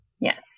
Yes